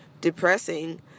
depressing